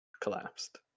collapsed